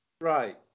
Right